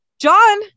John